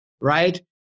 right